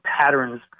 patterns